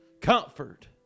comfort